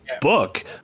book